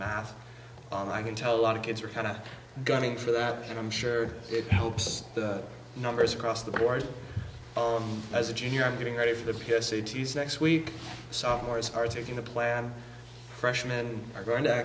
math i can tell a lot of kids are kind of gunning for that and i'm sure it helps the numbers across the board as a junior i'm getting ready for the peer cities next week sophomores are taking the plan freshman are going